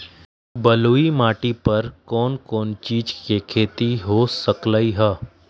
बलुई माटी पर कोन कोन चीज के खेती हो सकलई ह?